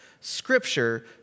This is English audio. Scripture